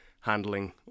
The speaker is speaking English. handling